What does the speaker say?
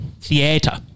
Theater